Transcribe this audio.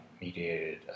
mediated